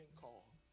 call